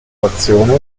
frazione